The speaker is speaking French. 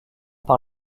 par